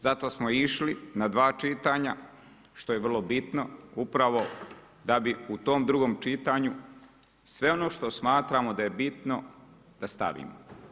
Zato smo išli na 2 čitanja, što je vrlo bitno, upravo da bi u tom drugom čitanju, sve ono što smatramo da je bitno, da stavimo.